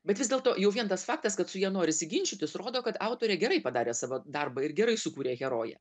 bet vis dėlto jau vien tas faktas kad su ja norisi ginčytis rodo kad autorė gerai padarė savo darbą ir gerai sukūrė heroję